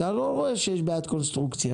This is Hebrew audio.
אתה לא רואה שיש בעיית קונסטרוקציה.